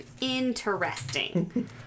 interesting